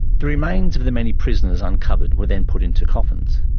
the remains of the many prisoners uncovered were then put into coffins,